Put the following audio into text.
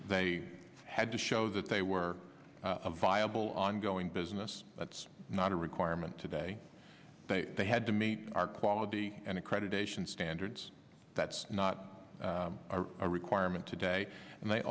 they had to show that they were a viable ongoing business that's not a requirement today they had to meet our quality and accreditation standards that's not a requirement today and they